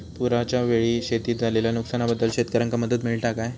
पुराच्यायेळी शेतीत झालेल्या नुकसनाबद्दल शेतकऱ्यांका मदत मिळता काय?